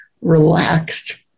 relaxed